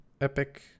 Epic